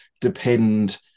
depend